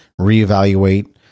reevaluate